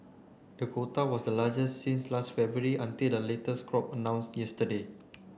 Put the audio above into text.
the quota was the largest since last February until the latest crop announced yesterday